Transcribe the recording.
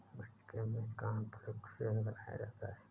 मक्के से कॉर्नफ़्लेक्स बनाया जाता है